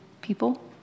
people